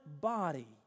body